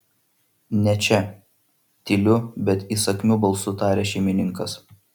ne čia tyliu bet įsakmiu balsu taria šeimininkas